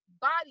body